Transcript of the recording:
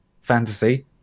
fantasy